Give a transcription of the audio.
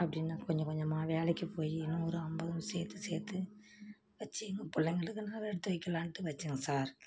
அப்படின்னு கொஞ்சம் கொஞ்சமாக வேலைக்கு போய் நூறு ஐம்பதுனு சேர்த்து சேர்த்து வச்சு எங்கள் பிள்ளைங்களுக்கு நகை எடுத்து வைக்கிலான்ட்டு வச்சேங்க சார்